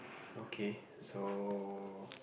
okay so